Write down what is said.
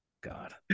God